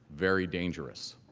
very dangerous,